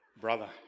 Brother